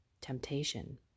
temptation